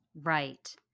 Right